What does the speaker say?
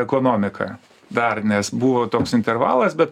ekonomiką dar nes buvo toks intervalas bet